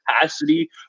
capacity